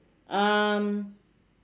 um